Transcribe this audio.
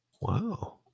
Wow